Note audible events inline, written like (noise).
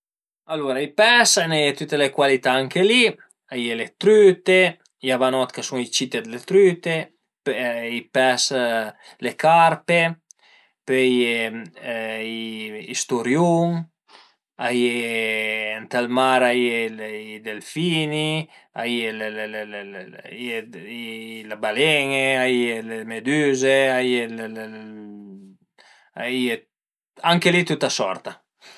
Alura i pes a i n'a ie dë tüte le cualità anche li, a ie le trüte, i avanot ch'a sun i cit d'le trüte, pöi i pes, le carpe, pöi a ie i sturiun, a ie ënt ël mar a ie i delfini, a ie a ie le balen-e, a ie le medüze (hesitation) a ie anche li tüta sorta